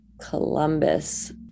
Columbus